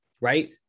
right